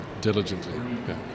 diligently